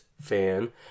fan